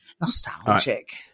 nostalgic